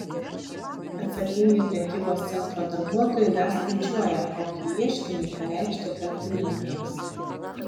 atsakingi prekybos centro darbuotojai dar skaičiuoja kokį ieškinį pareikšti kaltininkams